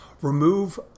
Remove